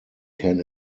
can